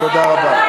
תודה רבה.